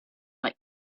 like